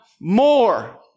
more